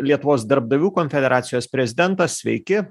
lietuvos darbdavių konfederacijos prezidentas sveiki